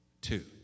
two